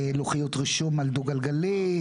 לוחיות רישום על דו-גלגלי,